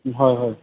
হয় হয়